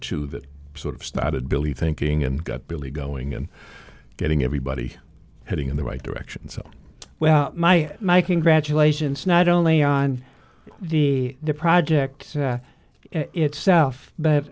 two that sort of started billy thinking and got billy going and getting everybody heading in the right direction so well my my congratulations not only on the project itself but